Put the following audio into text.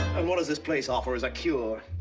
and what does this place offer as a cure?